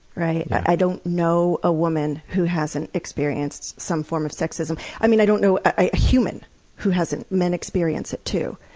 right? i don't know a woman who hasn't experienced some form of sexism. i mean, i don't know a human who hasn't men experience it, too.